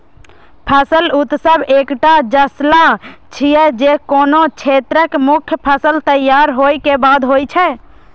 फसल उत्सव एकटा जलसा छियै, जे कोनो क्षेत्रक मुख्य फसल तैयार होय के बाद होइ छै